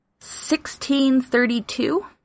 1632